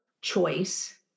choice